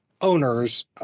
owners